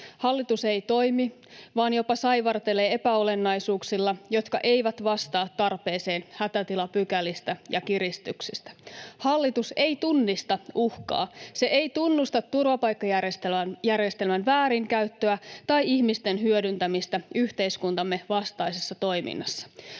Hallitus ei toimi, vaan jopa saivartelee epäolennaisuuksilla, jotka eivät vastaa tarpeeseen hätätilapykälistä ja kiristyksistä. Hallitus ei tunnista uhkaa. Se ei tunnusta turvapaikkajärjestelmän väärinkäyttöä tai ihmisten hyödyntämistä yhteiskuntamme vastaisessa toiminnassa.